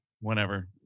whenever